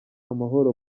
amahoro